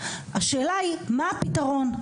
השאלה היא מה הפתרון?